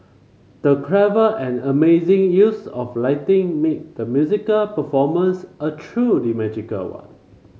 the clever and amazing use of lighting made the musical performance a truly magical one